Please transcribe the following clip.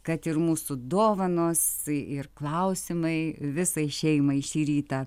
kad ir mūsų dovanos ir klausimai visai šeimai šį rytą